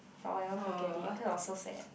but I will never forget it cause I was so sad